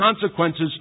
consequences